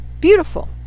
Beautiful